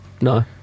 No